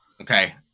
Okay